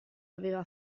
aveva